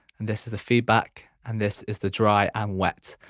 and this is the feedback, and this is the dry and wet.